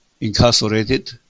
incarcerated